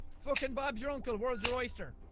fuckin' bob's your uncle world's your oyster.